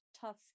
tough